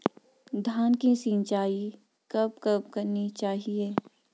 धान की सिंचाईं कब कब करनी चाहिये?